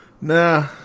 Nah